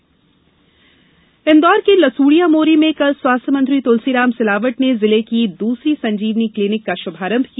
Sanjeevani clinic Indore के लसूड़िया मोरी में कल स्वास्थ्य मंत्री तुलसीराम सिलावट ने जिले की दूसरी संजीवनी क्लीनिक का शुभारंभ किया